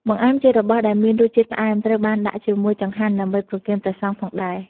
បង្អែមជារបស់ដែលមានរសជាតិផ្អែមត្រូវបានដាក់ជាមូយចង្ហាន់ដើម្បីប្រគេនព្រះសង្ឃផងដែរ។